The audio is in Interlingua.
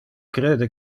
crede